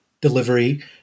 delivery